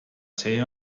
see